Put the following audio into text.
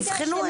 ויבחנו את זה.